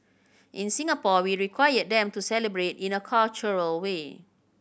in Singapore we require them to celebrate in a cultural way